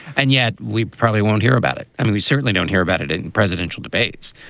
and yet we probably won't hear about it. i mean, we certainly don't hear about it it in presidential debates.